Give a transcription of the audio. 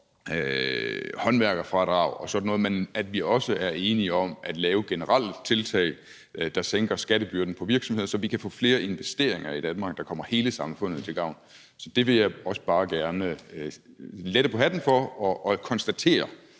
håndværkerfradrag og sådan noget, men at vi også er enige om at lave generelle tiltag, der sænker skattebyrden på virksomheder, så vi kan få flere investeringer i Danmark, der kommer hele samfundet til gavn. Så det vil jeg også bare gerne lette på hatten for, og jeg konstaterer,